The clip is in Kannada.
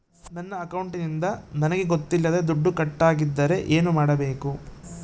ನನ್ನ ಅಕೌಂಟಿಂದ ನನಗೆ ಗೊತ್ತಿಲ್ಲದೆ ದುಡ್ಡು ಕಟ್ಟಾಗಿದ್ದರೆ ಏನು ಮಾಡಬೇಕು?